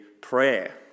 prayer